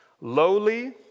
lowly